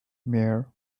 meyer